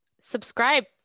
subscribe